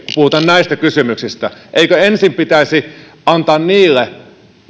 puhutaan näistä kysymyksistä eikö ensin pitäisi antaa niille